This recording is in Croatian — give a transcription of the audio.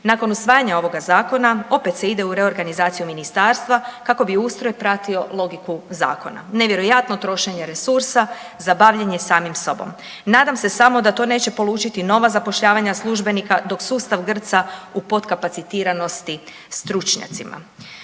Nakon usvajanja ovoga zakona opet se ide u reorganizaciju ministarstva kako bi ustroj pratio logiku zakona. Nevjerojatno trošenje resursa za bavljenje samim sobom. Nadam se damo da to neće polučiti nova zapošljavanja službenika dok sustav grca u potkapacitiranosti stručnjacima.